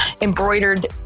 embroidered